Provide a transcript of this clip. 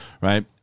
right